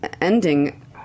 ending